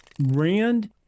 Rand